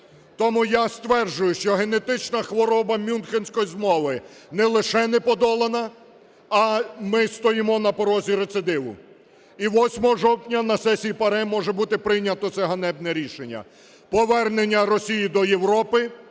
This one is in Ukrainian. Тому я стверджую, що генетична хвороба Мюнхенської змови не лише не подолана, а ми стоїмо на порозі рецидиву. І 8 жовтня на сесії ПАРЄ може бути прийнято це ганебне рішення – повернення Росії до Європи,